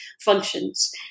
functions